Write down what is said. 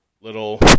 little